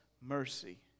mercy